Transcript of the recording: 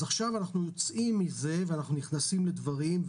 אז עכשיו אנחנו יוצאים מזה ונכנסים לדברים,